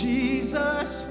Jesus